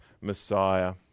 Messiah